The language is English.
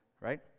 Right